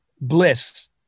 bliss